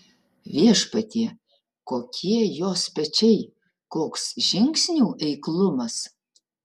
viešpatie kokie jos pečiai koks žingsnių eiklumas